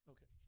Okay